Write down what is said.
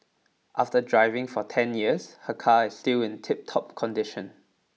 after driving for ten years her car is still in tiptop condition